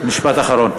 משפט אחרון.